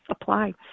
apply